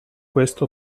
questo